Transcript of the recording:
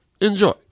Enjoy